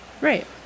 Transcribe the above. Right